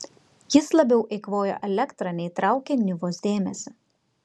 jis labiau eikvojo elektrą nei traukė nivos dėmesį